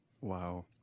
Wow